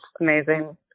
amazing